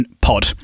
pod